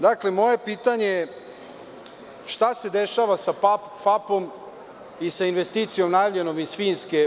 Dakle, moje pitanje je šta se dešava sa FAP-om i sa investicijom najavljenom iz Finske?